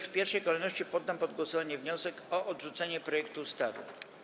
W pierwszej kolejności poddam pod głosowanie wniosek o odrzucenie projektu ustawy.